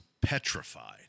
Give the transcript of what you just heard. petrified